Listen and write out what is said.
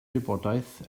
wybodaeth